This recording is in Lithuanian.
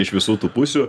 iš visų tų pusių